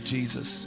Jesus